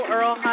Earl